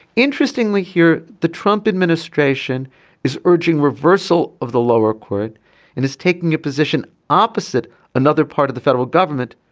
interestingly here the trump administration is urging reversal of the lower court and is taking a position opposite another part of the federal government.